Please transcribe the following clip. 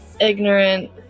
ignorant